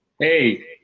Hey